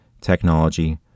technology